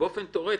באופן תיאורטי,